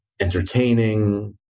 entertaining